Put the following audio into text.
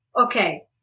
Okay